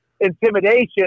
intimidation